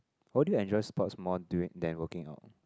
why do you enjoy sports more during than working out